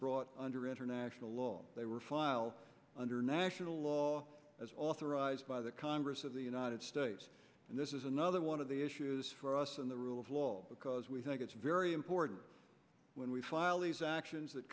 brought under international law they were file under national law as authorized by the congress of the united states and this is another one of the issues for us in the rule of law because we think it's very important when we file these actions that